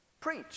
preach